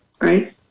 right